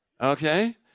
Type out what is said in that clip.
Okay